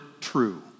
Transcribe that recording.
true